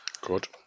Good